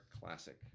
Classic